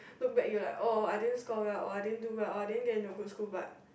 look back you like oh I didn't score well oh I didn't do well oh I didn't get in a good school but